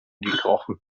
gekrochen